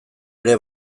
ere